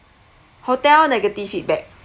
hotel negative feedback